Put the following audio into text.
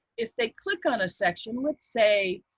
if they click on a section, let's say